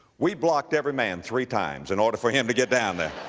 we blocked every man three times in order for him to get down there.